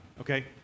okay